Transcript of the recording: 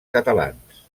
catalans